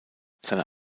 seine